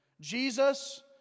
Jesus